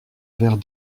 verre